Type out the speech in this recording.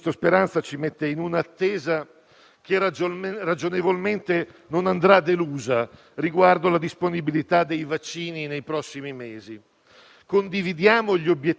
Condividiamo gli obiettivi e la strategia del Ministro riguardo alla gestione della distribuzione dei vaccini alla quale ci stiamo preparando. Si tratta delle giuste premesse